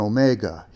Omega